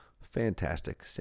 Fantastic